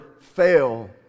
fail